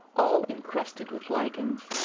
all incrusted with lichens,